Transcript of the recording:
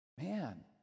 Man